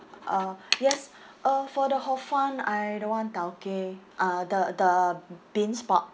uh yes uh for the hor fun I don't want taugeh uh the the bean sprout